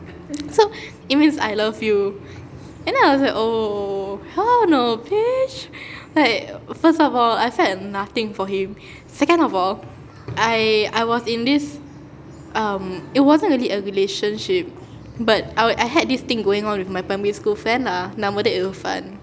so it means I love you and then I was like oh hell no bish like first of all I felt nothing for him second of all I I was in this um it wasn't really a relationship but our I had this thing going on with primary school friend lah nama dia irfan